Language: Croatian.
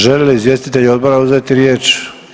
Žele li izvjestitelji odbora uzeti riječ?